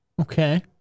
Okay